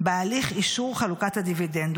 בהליך אישור חלוקת הדיבידנד,